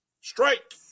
strike